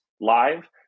live